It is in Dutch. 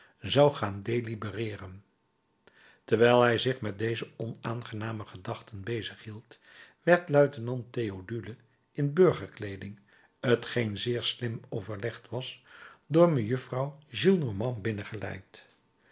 zou gaan delibereeren terwijl hij zich met deze onaangename gedachten bezig hield werd luitenant theodule in burgerkleeding t geen zeer slim overlegd was door mejuffrouw gillenormand